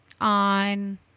On